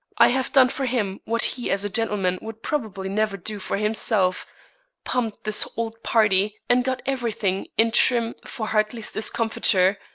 i have done for him what he as a gentleman would probably never do for himself pumped this old party and got every thing in trim for hartley's discomfiture.